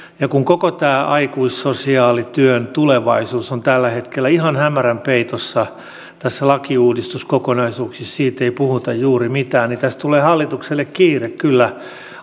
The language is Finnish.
ja kun koko tämä aikuissosiaalityön tulevaisuus on tällä hetkellä ihan hämärän peitossa tässä lakiuudistuskokonaisuudessa siitä ei puhuta juuri mitään niin tässä tulee hallitukselle kiire kyllä